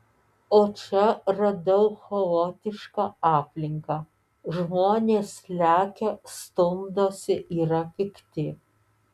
o čia radau chaotišką aplinką žmonės lekia stumdosi yra pikti